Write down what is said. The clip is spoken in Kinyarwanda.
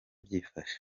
byifashe